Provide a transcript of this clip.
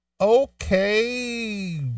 okay